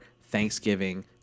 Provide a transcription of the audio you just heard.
Thanksgiving